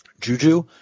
Juju